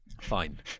fine